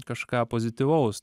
kažką pozityvaus